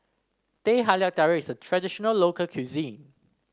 Teh Halia Tarik is a traditional local cuisine